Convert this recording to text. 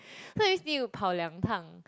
so at least need to 跑两趟